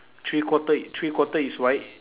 three quarter three quarter is white